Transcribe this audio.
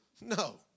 No